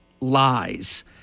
lies